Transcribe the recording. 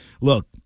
Look